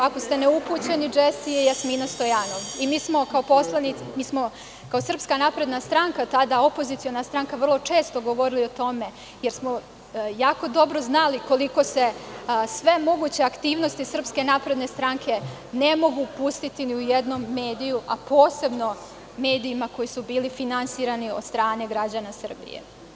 Ako ste neupućeni, Džesi je Jasmina Stojanov i mi smo kao SNS, tada opoziciona stranka, vrlo često govorili o tome, jer smo jako dobro znali koliko se sve moguće aktivnosti SNS ne mogu pustiti ni u jednom mediju, a posebno u medijima koji su bili finansirani od strane građana Srbije.